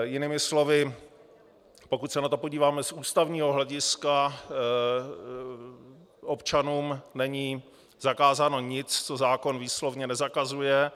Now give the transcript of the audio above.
Jinými slovy, pokud se na to podíváme z ústavního hlediska, občanům není zakázáno nic, co zákon výslovně nezakazuje.